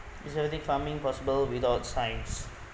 is effective farming possible without science